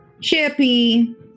Chippy